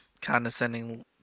condescending